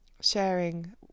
sharing